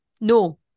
no